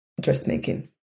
dressmaking